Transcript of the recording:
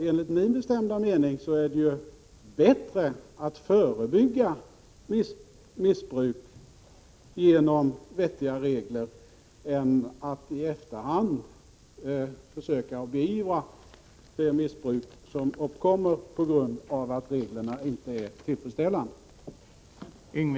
Enligt min bestämda mening är det bättre att förebygga missbruk genom vettiga regler än att i efterhand försöka beivra det missbruk som uppkommer på grund av att reglerna inte är tillfredsställande.